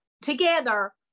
together